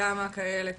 אני